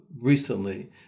recently